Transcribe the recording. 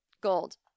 Gold